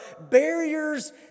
barriers